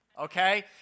Okay